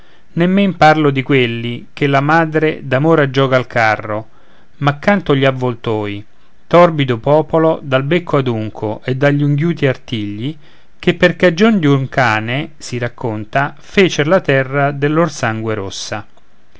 nemmen parlo di quelli che la madre d'amor aggioga al carro ma canto gli avvoltoi torbido popolo dal becco adunco e dagli unghiuti artigli che per cagion di un cane si racconta fecer la terra del lor sangue rossa